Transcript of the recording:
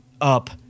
up